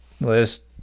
list